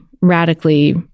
radically